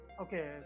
okay